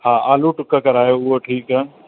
हा आलू टुक करायो त उहो ठीकु आहे